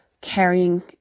carrying